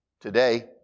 today